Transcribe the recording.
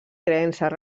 creences